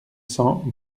cent